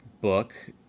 book